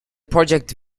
project